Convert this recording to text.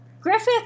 Griffith